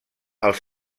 als